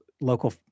local